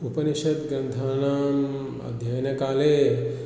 उपनिषद्ग्रन्थानां अध्ययनकाले